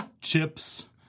chips